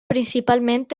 principalment